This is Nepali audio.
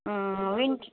विन्ट